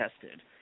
tested